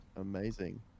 Amazing